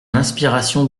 inspiration